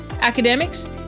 academics